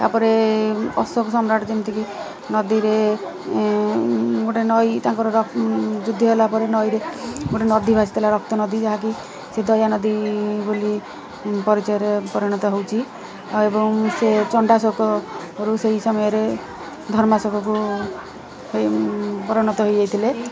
ତାପରେ ଅଶୋକ ସମ୍ରାଟ ଯେମିତିକି ନଦୀରେ ଗୋଟେ ନଈ ତାଙ୍କର ଯୁଦ୍ଧ ହେଲା ପରେ ନଈରେ ଗୋଟେ ନଦୀ ଭାସିଥିଲା ରକ୍ତ ନଦୀ ଯାହାକି ସେ ଦୟା ନଦୀ ବୋଲି ପରିଚୟରେ ପରିଣତ ହେଉଛି ଏବଂ ସେ ଚଣ୍ଡାଶୋକ ରୁ ସେହି ସମୟରେ ଧର୍ମାଶୋକକୁ ପରିଣତ ହୋଇଯାଇଥିଲେ